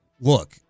look